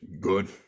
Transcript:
good